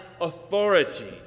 authority